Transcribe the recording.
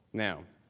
now,